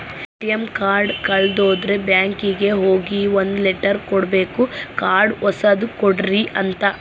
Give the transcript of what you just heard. ATM card ಕಳುದ್ರೆ ಬ್ಯಾಂಕಿಗೆ ಹೋಗಿ ಒಂದ್ ಲೆಟರ್ ಕೊಡ್ಬೇಕು ಕಾರ್ಡ್ ಹೊಸದ ಕೊಡ್ರಿ ಅಂತ